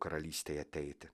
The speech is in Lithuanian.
karalystei ateiti